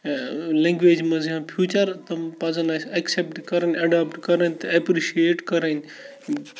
language منٛز یِوان in future تِم پَزَن اَسہِ ایٚکسیپٹ کَرٕنۍ ایٚڈاپٹ کَرٕنۍ تہٕ ایپرِشِییٹ کَرٕنۍ